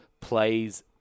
plays